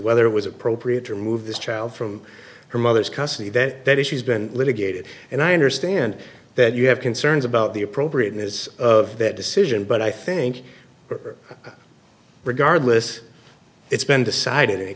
whether it was appropriate to remove this child from her mother's custody that that is she's been litigated and i understand that you have concerns about the appropriateness of that decision but i think regardless it's been decided